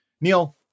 neil